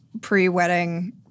pre-wedding